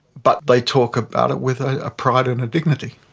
but they'd talk about it with a pride and a dignity,